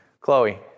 Chloe